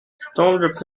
storms